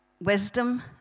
wisdom